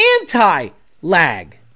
anti-lag